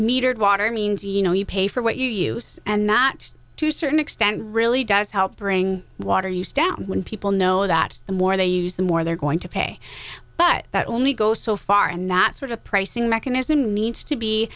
metered water means you know you pay for what you use and not to certain extent really does help bring water you step when people know that the more they use the more they're going to pay but that only goes so far and that sort of pricing mechanism needs to be